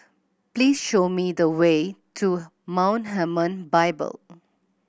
please show me the way to Mount Hermon Bible